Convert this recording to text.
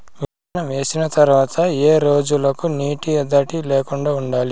విత్తనం వేసిన తర్వాత ఏ రోజులకు నీటి ఎద్దడి లేకుండా చూడాలి?